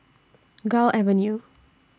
Gul Avenue